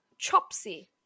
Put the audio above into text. Chopsy